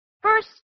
First